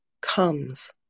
comes